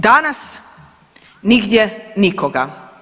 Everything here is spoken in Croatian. Danas nigdje nikoga.